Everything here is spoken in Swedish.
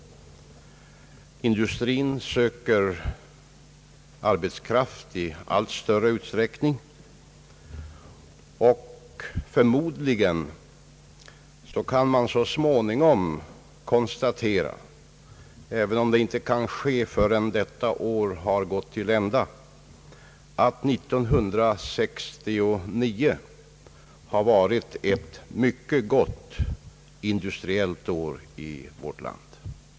Industrin söker arbetskraft i allt större utsträckning, och förmodligen kan man så småningom konstatera — även om det inte kan ske förrän året har gått till ända — att 1969 har varit ett mycket gott industriellt år i vårt land.